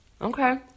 Okay